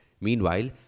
Meanwhile